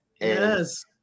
yes